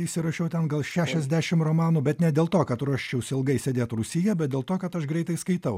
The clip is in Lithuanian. įsirašiau ten gal šešiasdešim romanų bet ne dėl to kad ruoščiausi ilgai sėdėti rūsyje bet dėl to kad aš greitai skaitau